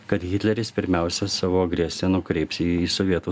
kad hitleris pirmiausia savo agresiją nukreips į sovietų